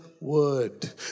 word